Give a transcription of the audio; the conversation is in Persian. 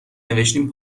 نوشتین